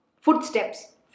footsteps